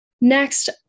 Next